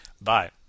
Bye